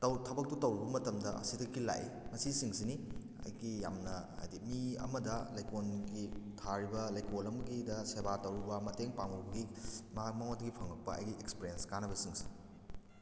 ꯊꯕꯛꯇꯨ ꯇꯧꯔꯨꯕ ꯃꯇꯝꯗ ꯑꯁꯤꯗꯒꯤ ꯂꯥꯛꯏ ꯃꯁꯤ ꯁꯤꯡꯁꯤꯅꯤ ꯑꯩꯒꯤ ꯌꯥꯝꯅ ꯍꯥꯏꯗꯤ ꯃꯤ ꯑꯃꯗ ꯂꯩꯀꯣꯟꯒꯤ ꯊꯥꯔꯤꯕ ꯂꯩꯀꯣꯟ ꯑꯃꯒꯤꯗ ꯁꯦꯕꯥ ꯇꯧꯔꯨꯕ ꯃꯇꯦꯡ ꯄꯥꯡꯂꯨꯕꯒꯤ ꯃꯥ ꯃꯉꯣꯟꯗꯒꯤ ꯐꯪꯂꯛꯄ ꯑꯩꯒꯤ ꯑꯦꯛꯄꯦꯔꯦꯟꯁ ꯀꯥꯟꯅꯕꯁꯤꯡꯁꯦ